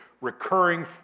recurring